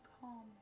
calm